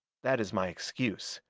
that is my excuse.